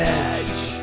edge